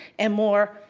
and more,